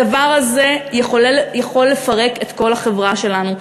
הדבר הזה יכול לפרק את כל החברה שלנו.